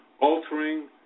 altering